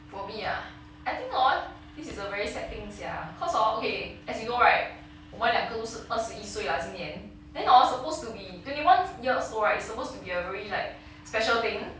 for me ah I think hor this is a very sad thing sia cause hor okay as you know right 我们两个都是二十一岁 lah 今年 then hor supposed to be twenty one years old right it's supposed to be a very like special thing